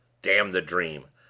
damn the dream!